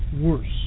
worse